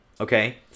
okay